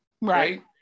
Right